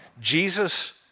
Jesus